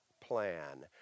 plan